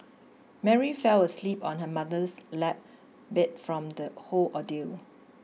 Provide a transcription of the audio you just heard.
Mary fell asleep on her mother's lap beat from the whole ordeal